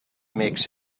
makes